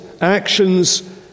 actions